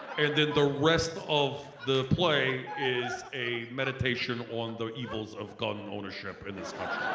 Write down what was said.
and then the rest of the play is a meditation on the evils of gun ownership in this